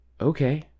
Okay